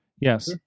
yes